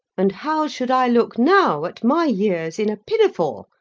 and how should i look now, at my years, in a pinafore,